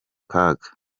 kaga